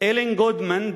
אלן גודמן,